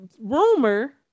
rumor